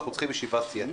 אנחנו צריכים ישיבה סיעתית.